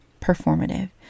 performative